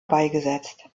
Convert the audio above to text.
beigesetzt